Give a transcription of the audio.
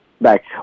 back